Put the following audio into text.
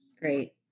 Great